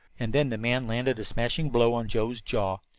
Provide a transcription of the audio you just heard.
and then the man landed a smashing blow on joe's jaw.